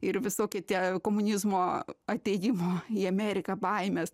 ir visokie tie komunizmo atėjimo į ameriką baimės